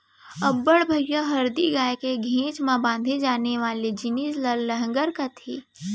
अब्बड़ भगइया हरही गाय के घेंच म बांधे जाने वाले जिनिस ल लहँगर कथें